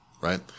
Right